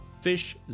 Fish